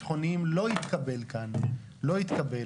ואנחנו מזדעזעים עד עמקי נשמתנו וצועקים וכו',